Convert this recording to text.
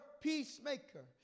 peacemaker